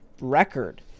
record